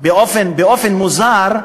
באופן מוזר,